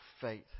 faith